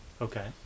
Okay